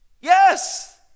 yes